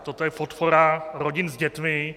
Toto je podpora rodin s dětmi.